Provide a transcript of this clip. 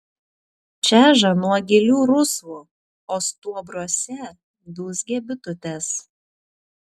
čeža nuo gilių rusvų o stuobriuose dūzgia bitutės